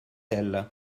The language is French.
elles